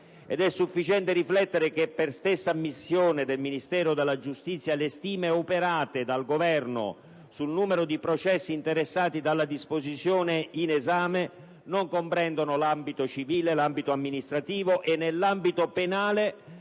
È sufficiente riflettere che, per stessa ammissione del Ministero della giustizia, le stime operate dal Governo sul numero di processi interessati dalla disposizione in esame non comprendono l'ambito civile e quello amministrativo e nell'ambito penale